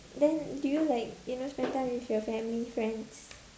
then do you like you know spend time with your family friends